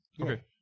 Okay